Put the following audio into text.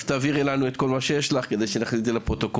אז תעבירי לנו את מה שיש לך כדי שנכניס את זה אחרי זה לפרוטוקול.